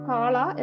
Kala